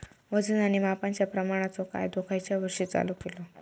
वजन आणि मापांच्या प्रमाणाचो कायदो खयच्या वर्षी चालू केलो?